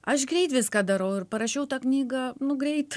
aš greit viską darau ir parašiau tą knygą nu greit